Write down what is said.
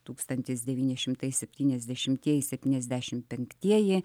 tūkstantis devyni šimtai septyniasdešimtieji septyniasdešim penktieji